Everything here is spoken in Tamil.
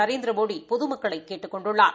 நரேந்திரமோடி பொதுமக்களை கேட்டுக் கொண்டுள்ளார்